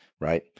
right